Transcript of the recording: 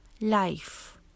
life